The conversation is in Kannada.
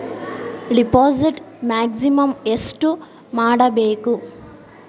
ಡಿಪಾಸಿಟ್ ಮ್ಯಾಕ್ಸಿಮಮ್ ಎಷ್ಟು ಮಾಡಬೇಕು?